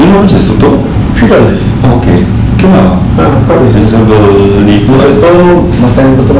three dollars mee soto makan dengan char kway oo